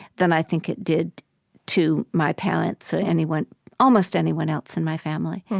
than i think it did to my parents or anyone almost anyone else in my family.